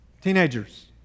teenagers